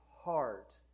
heart